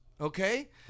Okay